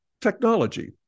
technology